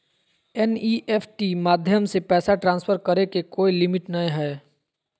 NEFT माध्यम से पैसा ट्रांसफर करे के कोय लिमिट नय हय